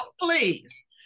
please